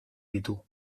ditu